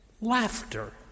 laughter